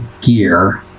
gear